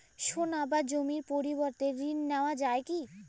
সোনা বা জমির পরিবর্তে ঋণ নেওয়া যায় কী?